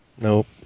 Nope